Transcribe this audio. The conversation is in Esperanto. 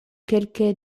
kelke